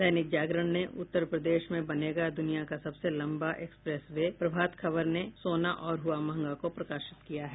दैनिक जागरण ने उत्तर प्रदेश में बनेगा दुनिया का सबसे लम्बा एक्सप्रेस वे प्रभात खबर ने सोना और हुआ महंगा को प्रकाशित किया है